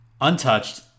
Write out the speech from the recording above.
untouched